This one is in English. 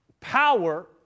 Power